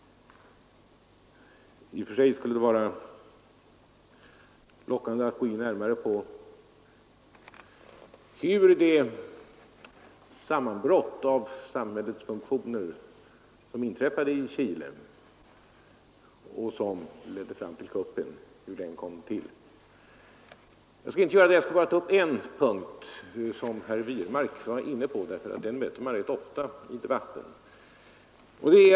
I och för sig skulle det vara lockande att gå in närmare på hur det sammanbrott av samhällets funktioner som inträffade i Chile och som ledde fram till kuppen kom till, men jag skall inte göra det. Jag skall bara ta upp en punkt som herr Wirmark var inne på, för den tanken möter man ofta i debatten.